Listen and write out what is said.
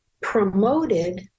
promoted